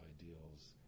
ideals